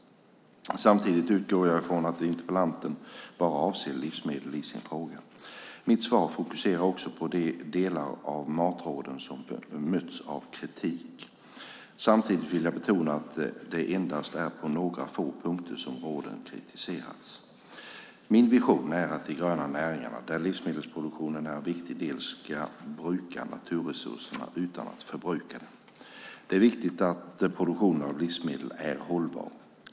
Samtidigt utgår jag från att interpellanten bara avser livsmedel i sin fråga. Mitt svar fokuserar också på de delar av matråden som mötts av kritik. Samtidigt vill jag betona att det endast är på några få punkter som råden kritiserats. Min vision är att de gröna näringarna, där livsmedelsproduktionen är en viktig del, ska bruka naturresurserna utan att förbruka dem. Det är viktigt att produktionen av livsmedel är hållbar.